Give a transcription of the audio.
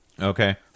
Okay